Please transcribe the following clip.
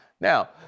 now